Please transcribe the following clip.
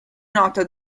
nota